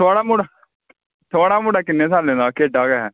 थुआढ़ा मुढ़ा किन्ने सालें दा केह्ड़ा गै